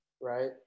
right